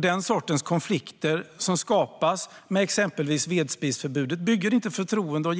Den sortens konflikter som skapas med exempelvis vedspisförbudet bygger inte förtroende och